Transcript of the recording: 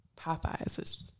Popeyes